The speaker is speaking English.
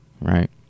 right